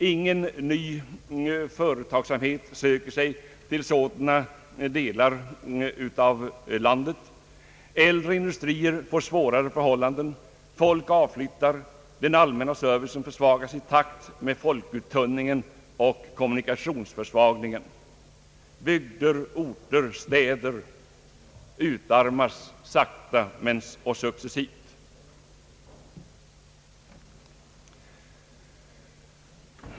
Ingen ny företagsamhet söker sig till sådana delar av landet. Äldre industrier får svårare förhållanden. Folk avflyttar, den allmänna servicen försvagas i takt med folkuttunningen och kommunikationsförsvagningen. Bygder, orter, städer utarmas sakta och successivt.